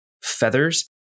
feathers